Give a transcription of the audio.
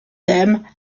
them